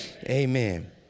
amen